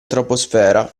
troposfera